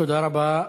תודה רבה.